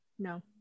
No